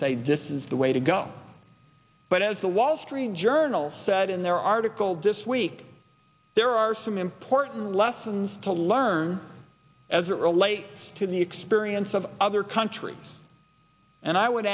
say disses the way to go but as the wall street journal said in their article dis week there are some important lessons to learn as it relates to the experience of other countries and i would